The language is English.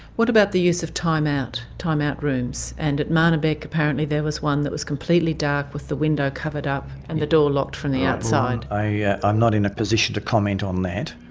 what about the use time-out time-out rooms, and at marnebek apparently there was one that was completely dark with the window covered up and the door locked from the outside. i'm not in a position to comment on that.